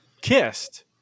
kissed